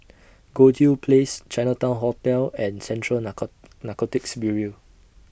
Goldhill Place Chinatown Hotel and Central Narco Narcotics Bureau